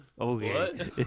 okay